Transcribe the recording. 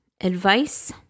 advice